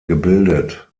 gebildet